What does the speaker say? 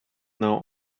now